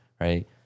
right